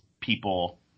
people